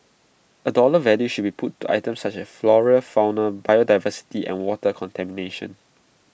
A dollar value should be put to items such as flora fauna biodiversity and water contamination